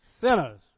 sinners